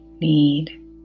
need